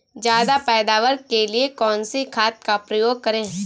ज्यादा पैदावार के लिए कौन सी खाद का प्रयोग करें?